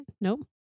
nope